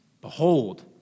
Behold